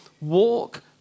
Walk